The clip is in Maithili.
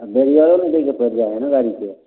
आओर बैरिअरो ने दैके पड़ि जाइ हय ने गाड़ीके